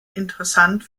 interessant